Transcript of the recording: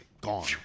Gone